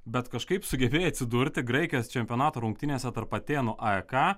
bet kažkaip sugebėjai atsidurti graikijos čempionato rungtynėse tarp atėnų aek